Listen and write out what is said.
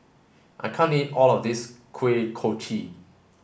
I can't eat all of this Kuih Kochi